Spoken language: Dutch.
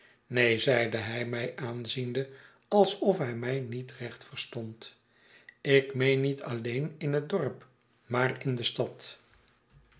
neen zeide hij mij aanziende alsofhij mij niet recht verstond ik meen niet alieen in het dorp maarinde stad